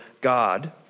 God